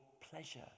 pleasure